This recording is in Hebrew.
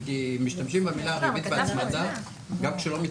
משתמשים במילה ריבית והצמדה גם כשלא מתכוונים.